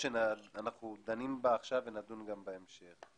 שאנחנו דנים בהן עכשיו ונדון גם בהמשך.